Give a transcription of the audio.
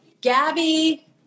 Gabby